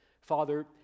Father